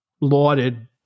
lauded